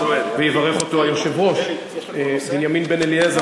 ויברך אותו היושב-ראש בנימין בן-אליעזר,